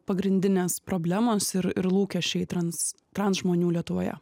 pagrindinės problemos ir ir lūkesčiai trans transžmonių lietuvoje